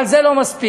אבל זה לא מספיק.